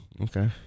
Okay